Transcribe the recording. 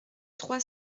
trois